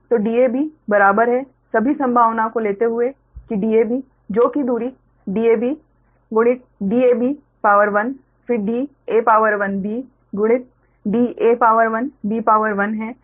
तो dab बराबर है सभी संभावनाओं को लेते हुए कि dab जो की दूरी dab गुणित dab फिर dab गुणित dab है